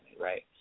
right